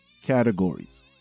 categories